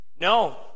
No